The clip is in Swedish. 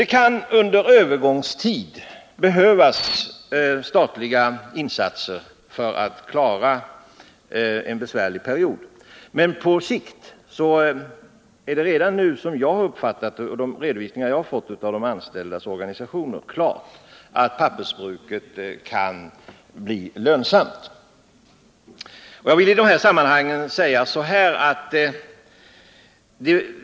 Det kan visserligen under en övergångstid behövas statliga insatser för att klara en besvärlig period, men det är redan nu, som jag har uppfattat det och enligt de redovisningar som jag har fått från de anställdas organisationer, klart att pappersbruket på sikt kan bli lönsamt.